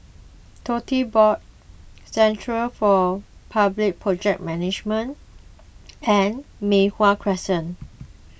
Tote Board Centre for Public Project Management and Mei Hwan Crescent